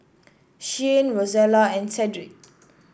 Shyanne Rosella and Sedrick